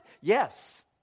yes